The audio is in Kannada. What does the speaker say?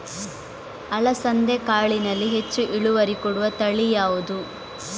ಅಲಸಂದೆ ಕಾಳಿನಲ್ಲಿ ಹೆಚ್ಚು ಇಳುವರಿ ಕೊಡುವ ತಳಿ ಯಾವುದು?